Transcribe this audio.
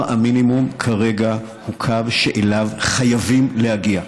המינימום כרגע הוא קו שאליו חייבים להגיע.